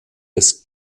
des